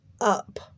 up